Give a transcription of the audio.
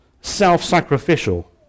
self-sacrificial